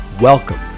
Welcome